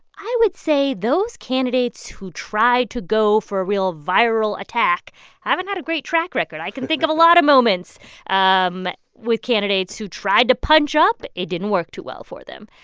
i would say those candidates who tried to go for a real viral attack haven't had a great track record. i can think of a lot of moments um with candidates who tried to punch up. it didn't work too well for them.